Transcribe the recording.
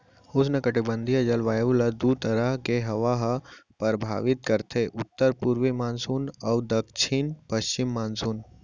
उस्नकटिबंधीय जलवायु ल दू तरह के हवा ह परभावित करथे उत्तर पूरवी मानसून अउ दक्छिन पस्चिम मानसून